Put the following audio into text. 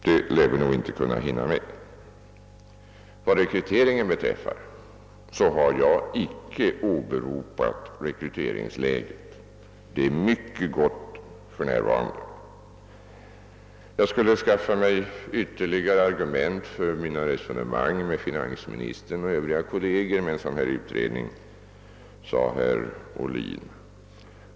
Vad personalresurserna beträffar vill jag framhålla, att jag inte har åberopat rekryteringsläget, vilket är mycket gott för närvarande. Justitieministern skulle skaffa sig ytterligare argument för sina resonemang med finansministern och övriga kolleger genom en sådan här utredning, sade herr Ohlin.